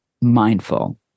mindful